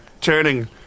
turning